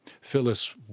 Phyllis